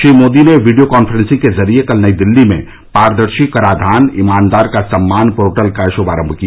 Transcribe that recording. श्री मोदी ने video conferencing के जरिए कल नई दिल्ली में पारदर्शी कराधान ईमानदार का सम्मान पोर्टल का शुभारंभ किया